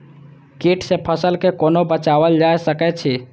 कीट से फसल के कोना बचावल जाय सकैछ?